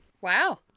wow